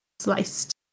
Sliced